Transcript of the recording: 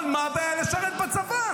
אבל מה הבעיה לשרת בצבא?